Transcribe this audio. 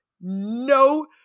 no